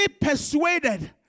persuaded